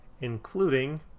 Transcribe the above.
Including